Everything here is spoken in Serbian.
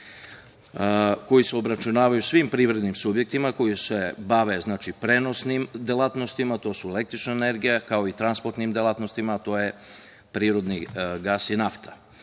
koji se obračunavaju svim privrednim subjektima koji se bave prenosnim delatnostima, to su električna energija, kao i transportnim delatnostima, to je prirodni gas i nafta,